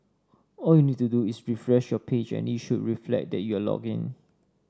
all you need to do is refresh your page and it should reflect that you are logged in